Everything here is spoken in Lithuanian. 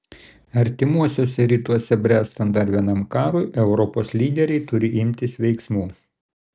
artimuosiuose rytuose bręstant dar vienam karui europos lyderiai turi imtis veiksmų